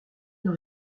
dans